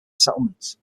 settlements